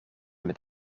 met